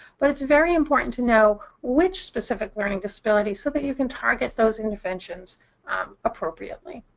but it's very important to know which specific learning disability so that you can target those interventions appropriately.